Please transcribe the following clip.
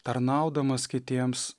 tarnaudamas kitiems